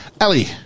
Ellie